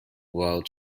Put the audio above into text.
world